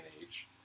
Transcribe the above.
age